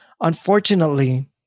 Unfortunately